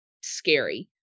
scary